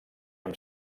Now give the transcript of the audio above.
amb